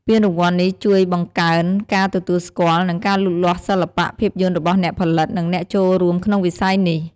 ពានរង្វាន់នេះជួយបង្កើនការទទួលស្គាល់ និងការលូតលាស់សិល្បៈភាពយន្តរបស់អ្នកផលិត និងអ្នកចូលរួមក្នុងវិស័យនេះ។